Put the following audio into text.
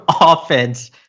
offense